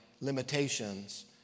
limitations